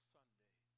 Sunday